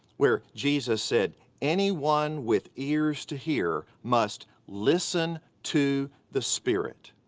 where jesus said anyone with ears to hear must listen to the spirit.